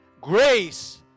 Grace